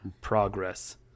progress